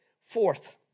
Fourth